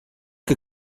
que